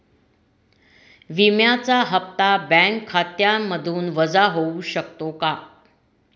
विम्याचा हप्ता बँक खात्यामधून वजा होऊ शकतो का?